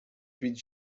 huit